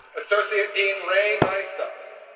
associate dean rae maestas.